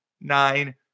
nine